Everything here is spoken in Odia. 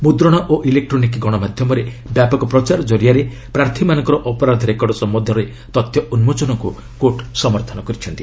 ମୁଦ୍ରଣ ଓ ଇଲେକ୍ଟ୍ରୋନିକ୍ ଗଣମାଧ୍ୟମରେ ବ୍ୟାପକ ପ୍ରଚାର ଜାରିଆରେ ପ୍ରାର୍ଥୀମାନଙ୍କର ଅପରାଧ ରେକର୍ଡ ସମ୍ପନ୍ଧରେ ତଥ୍ୟ ଉନ୍କୋଚକୁ କୋର୍ଟ ସମର୍ଥନ କରିଛନ୍ତି